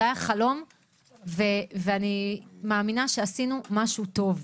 זה היה חלום ואני מאמינה שעשינו משהו טוב.